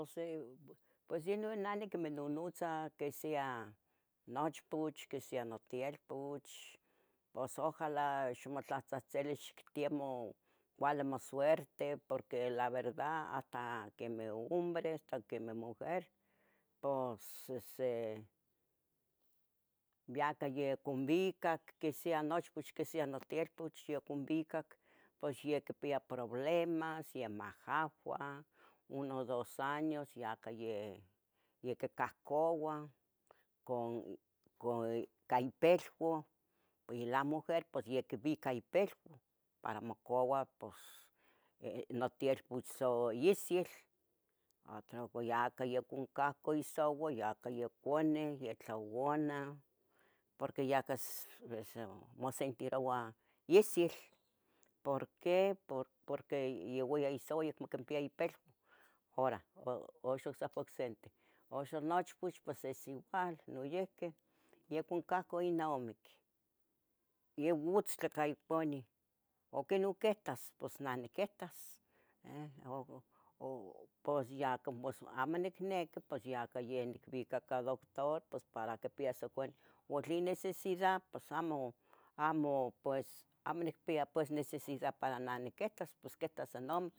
No se u pos yeh nah niquimonotza que sea nochpoch, que sea notielpoch, pos ojala ixmotlatzahtzili ixtiemo cuali mosuerte, porque la verda hasta quemeh hombre hasta quemeh mujer, pos se se iata yeh conbicac que sea nochpoch que sea notielpoch yoconbicac, pos ya quipia problemas, ya mahahuah, uno dos años ya, cah yeh yaquicahcouah, con con ca ica ipelua, y la mujer pos ya quibica ipilua para mocauah pos eh, notielpoch sa isil, atro yaca yoconcauqui isouau, yaca yeh iconeu, ya tlauana, porque yaca mosentiroua isil. Porqué por, por que ya iyau isouau porque acmo quimpia ipilua, hora uxa ocsapa ocsente, uxa nochpoch, pos es igual noiqui yeh oconcahqui inomic, yeh uitz tlacah iponi, aquih non quitas, pos neh niquitas, he, uu pos, yacah amo nicniqui pos yacah yeh quibica ca doctor pos para quipias iconeu, ua tlen necesidad pos amo, amo, pues amo nicpia necesidad para neh niquitas pos quitas inomic.